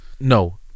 No